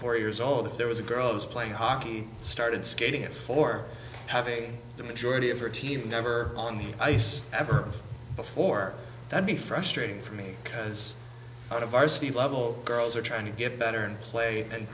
four years old if there was a girl i was playing hockey started skating it for having the majority of her team never on the ice ever before and be frustrating for me because out of our city level girls are trying to get better and play and